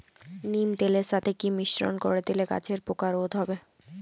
নিম তেলের সাথে কি মিশ্রণ করে দিলে গাছের পোকা রোধ হবে?